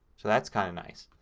so that's kind of nice.